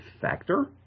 factor